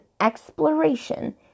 exploration